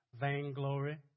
vainglory